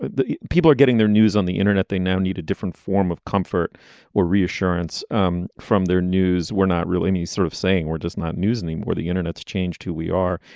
but people are getting their news on the internet they now need a different form of comfort or reassurance um from their news we're not really me sort of saying we're just not news anymore the internet's changed who we are.